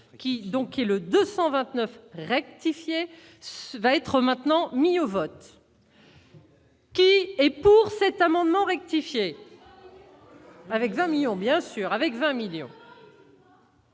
donc est le 229 rectifier va être maintenant soumis au vote. Et et pour cet amendement rectifier. Avec 20 millions bien sûr